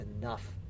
enough